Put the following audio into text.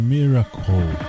Miracle